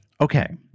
Okay